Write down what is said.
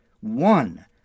one